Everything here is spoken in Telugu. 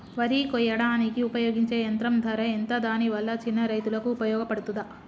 వరి కొయ్యడానికి ఉపయోగించే యంత్రం ధర ఎంత దాని వల్ల చిన్న రైతులకు ఉపయోగపడుతదా?